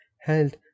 health